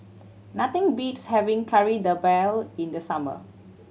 nothing beats having Kari Debal in the summer